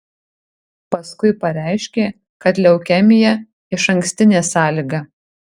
paskui pareiškė kad leukemija išankstinė sąlyga